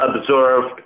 observed